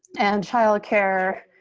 and child care,